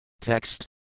TEXT